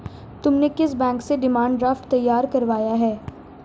तुमने किस बैंक से डिमांड ड्राफ्ट तैयार करवाया है?